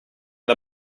the